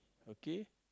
okay